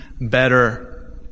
better